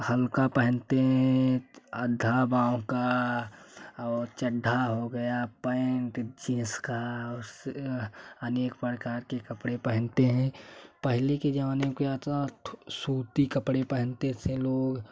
हल्का पहनते हैं आधा भाव का और चढ़ा हो गया पैंट जींस का और उससे अनेक प्रकार के कपड़े पहनते हैं पहले के ज़माने में क्या था सूती कपड़े पहनते थे लोग